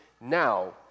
Now